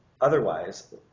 otherwise